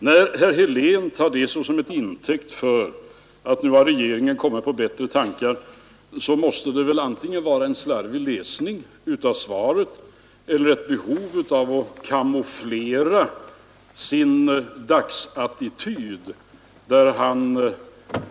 När herr Helén tar det till intäkt för att nu har regeringen kommit på bättre tankar, så måste det väl antingen bero på en slarvig läsning av svaret eller ett behov av att kamouflera sin dagsattityd.